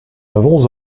n’avons